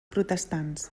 protestants